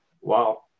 Wow